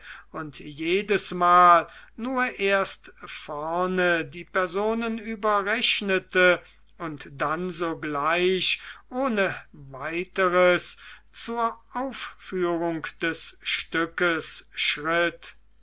und jedesmal nur erst vorne die personen überrechnete und dann sogleich ohne weiteres zur aufführung des stückes schritt